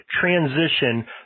transition